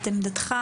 את עמדתך,